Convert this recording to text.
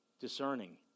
discerning